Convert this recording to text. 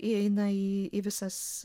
įeina į į visas